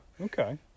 Okay